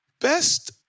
best